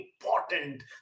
important